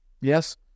Yes